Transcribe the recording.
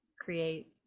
create